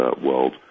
world